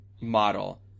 model